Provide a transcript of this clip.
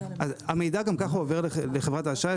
המידע גם ככה עובר לחברת האשראי,